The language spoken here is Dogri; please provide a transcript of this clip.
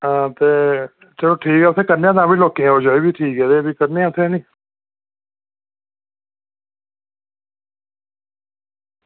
हां ते चलो ठीक ऐ ते उत्थें करने आं भी ते लोकें दी आओ जाई बी ठीक ऐ उत्थें ते भी करने आं हैनी